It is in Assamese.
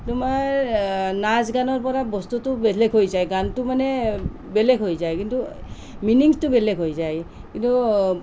তোমাৰ নাচ গানৰ পৰা বস্তুটো বেলেগ হৈ যায় গানটো মানে বেলেগ হৈ যায় কিন্তু মিনিংটো বেলেগ হৈ যায় কিন্তু